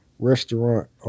restaurant